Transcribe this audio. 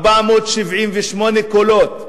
13,478 קולות בזמנו.